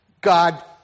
God